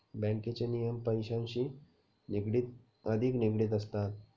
बँकेचे नियम पैशांशी अधिक निगडित असतात